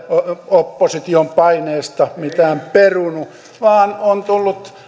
opposition paineesta mitään perunut vaan on tullut